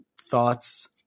Thoughts